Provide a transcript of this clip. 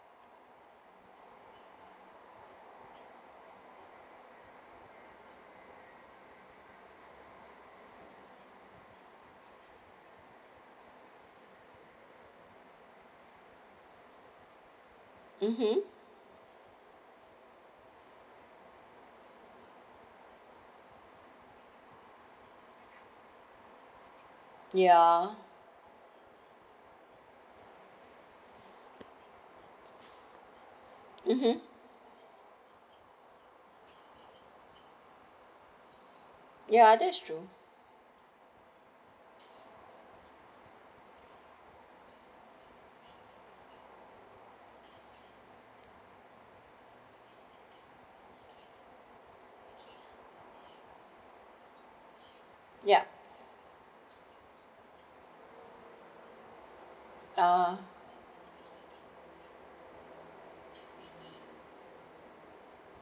mmhmm ya mmhmm ya that's true yup ah